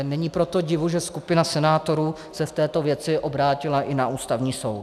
Není proto divu, že skupina senátorů se v této věci obrátila i na Ústavní soud.